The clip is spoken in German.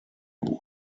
gut